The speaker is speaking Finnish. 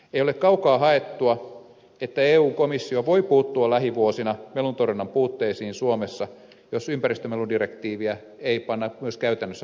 ei ole kaukaa haettua että eu komissio voi puuttua lähivuosina meluntorjunnan puutteisiin suomessa jos ympäristömeludirektiiviä ei panna myös käytännössä toimeen